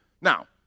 Now